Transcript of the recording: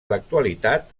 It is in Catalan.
l’actualitat